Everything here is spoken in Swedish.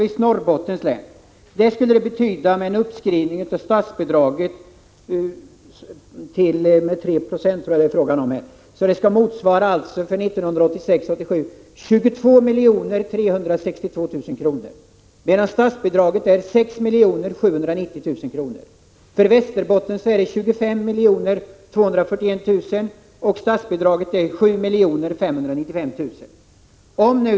I Norrbottens län, t.ex., skulle en uppskrivning av statsbidraget på det sätt som vi förordar för 1986/87 betyda 22 362 000 kr., medan statsbidraget är 6 790 000 kr. För Västerbottens län skulle det bli 25 241 000 kr. —statsbidraget är 7 595 000 kr.